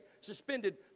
suspended